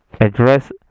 address